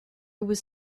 was